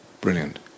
Brilliant